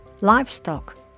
livestock